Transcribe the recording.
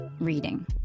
reading